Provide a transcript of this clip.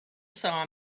saw